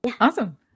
Awesome